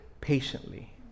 patiently